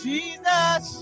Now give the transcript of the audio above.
Jesus